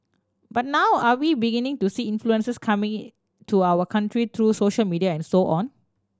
but now are we beginning to see influences coming to our country through social media and so on